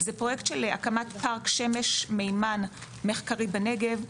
זה פרויקט של הקמת פארק שמש מימן מחקרי בנגב,